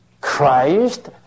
Christ